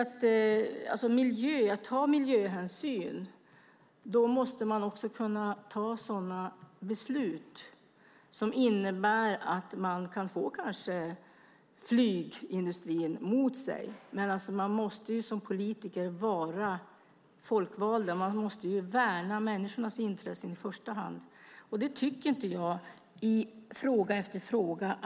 Om man ska ta miljöhänsyn måste man också kunna ta sådana beslut som innebär att man kanske får flygindustrin mot sig. Men man måste som folkvald politiker i första hand värna människors intressen. Det tycker jag inte att allianspartierna gör i fråga efter fråga.